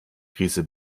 krise